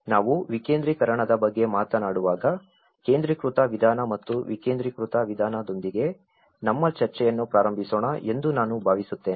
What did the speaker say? ನಾವು ವಿಕೇಂದ್ರೀಕರಣದ ಬಗ್ಗೆ ಮಾತನಾಡುವಾಗ ಕೇಂದ್ರೀಕೃತ ವಿಧಾನ ಮತ್ತು ವಿಕೇಂದ್ರೀಕೃತ ವಿಧಾನದೊಂದಿಗೆ ನಮ್ಮ ಚರ್ಚೆಯನ್ನು ಪ್ರಾರಂಭಿಸೋಣ ಎಂದು ನಾನು ಭಾವಿಸುತ್ತೇನೆ